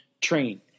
train